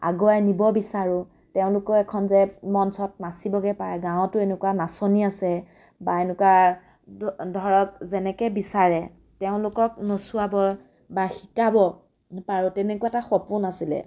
আগুৱাই নিব বিচাৰোঁ তেওঁলোকো এখন যেন মঞ্চত নাচিবগৈ পাৰে গাঁৱতো এনেকুৱা নাচনী আছে বা এনেকুৱা ধৰক যেনেকৈ বিচাৰে তেওঁলোকক নচুৱাব বা শিকাব পাৰোঁ তেনেকুৱা এটা সপোন আছিলে